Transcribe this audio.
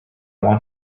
want